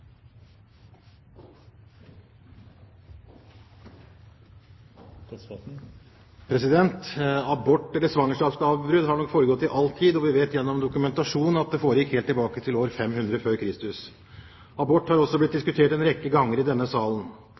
all tid, og vi har dokumentasjon om det helt tilbake til år 500 f. Kr. Abort har også blitt diskutert en rekke ganger i denne salen.